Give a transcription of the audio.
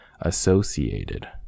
associated